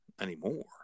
anymore